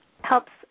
helps